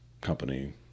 company